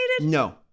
No